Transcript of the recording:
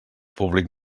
públic